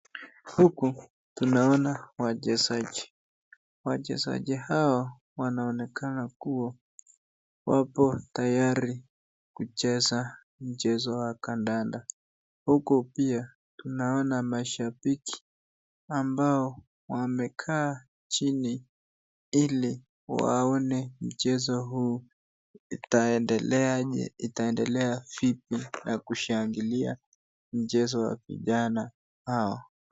Huku ninaona wachezaji, wachezaji hawa wanaonekana wako tayari kucheza mchezo wa kandanda, huku pia ninaona mashabiki ambao wamekaa chini hili waone mchezo huu itaendelea vipi na kushangilia mchezo wa vijana hawa.